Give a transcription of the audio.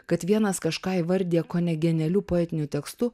kad vienas kažką įvardija kone genialiu poetiniu tekstu